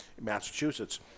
Massachusetts